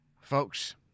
Folks